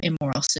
immoral